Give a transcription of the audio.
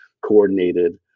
coordinated